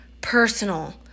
personal